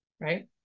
right